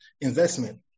investment